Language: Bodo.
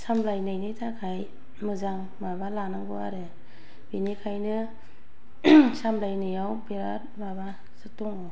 सामलायनायनि थाखाय मोजां माबा लानांगौ आरो बिनिखायनो सामलायनायाव बिराद माबा दं खसथ'